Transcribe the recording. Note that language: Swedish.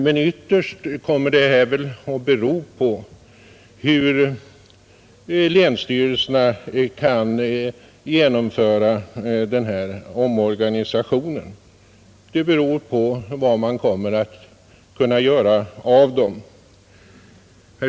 Men ytterst kommer väl detta att bero på hur länsstyrelserna kan genomföra denna omorganisation — det beror på vad man kommer att kunna göra av den.